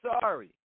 sorry